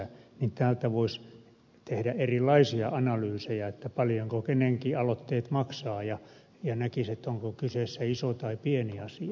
näin täältä voisi tehdä erilaisia analyysejä paljonko kenenkin aloitteet maksavat ja näkisi onko kyseessä iso tai pieni asia